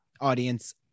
audience